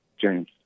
James